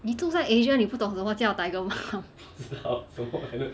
你住在 asia 你不懂什么叫 tiger mum